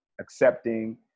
accepting